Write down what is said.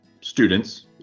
students